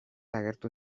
agertu